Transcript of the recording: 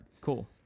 Cool